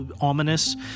ominous